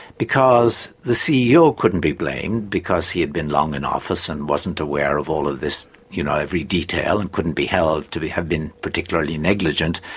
because the ceo couldn't be blamed, because he had been long in office and wasn't aware of all of this, you know, every detail, and couldn't be held to have been particularly negligent,